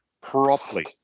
properly